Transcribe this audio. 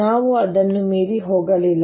ನಾವು ಅದನ್ನು ಮೀರಿ ಹೋಗಲಿಲ್ಲ